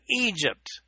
Egypt